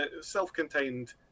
self-contained